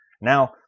Now